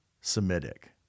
Semitic